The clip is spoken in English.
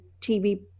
TV